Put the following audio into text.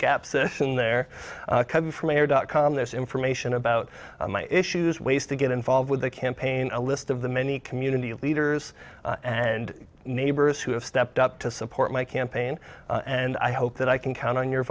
mayor dot com this information about my issues ways to get involved with the campaign a list of the many community leaders and neighbors who have stepped up to support my campaign and i hope that i can count on your